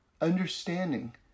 understanding